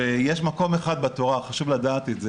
יש מקום אחד בתורה, חשוב לדעת את זה,